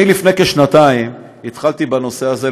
אני, לפני כשנתיים, התחלתי בנושא הזה.